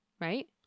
Right